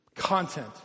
content